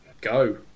Go